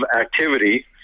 activity